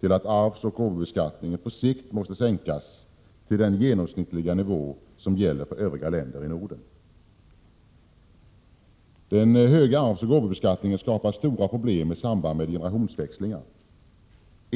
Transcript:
till att arvsoch gåvobeskattningen på sikt måste sänkas till den genomsnittliga nivå som gäller för övriga länder i Norden. Den höga arvsoch gåvoskatten skapar stora problem i samband med generationsväxlingar.